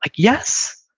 like yes.